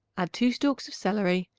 add two stalks of celery,